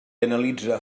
analitza